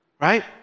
Right